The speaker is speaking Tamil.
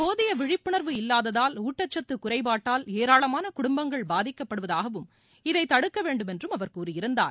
போதிய விழிப்புணர்வு இல்லாததால் ஊட்டச்சத்து குறைபாட்டால் ஏராளமான குடும்பங்கள் பாதிக்கப்படுவதாகவும் இதை தடுக்க வேண்டும் என்றும் அவர் கூறியிருந்தார்